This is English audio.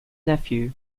nephew